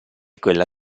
quella